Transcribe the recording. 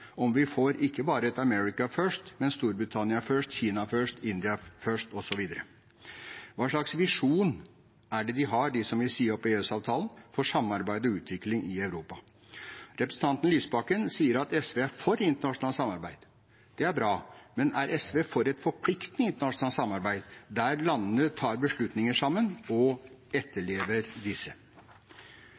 om vi får ikke bare et «Amerika first», men «Storbritannia first», «Kina first», «India first» osv.? Hva slags visjon er det de har, de som vil si opp EØS-avtalen, for samarbeid og utvikling i Europa? Representanten Lysbakken sier at SV er for internasjonalt samarbeid. Det er bra, men er SV for et forpliktende internasjonalt samarbeid, der landene tar beslutninger sammen og etterlever disse?